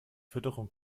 fütterung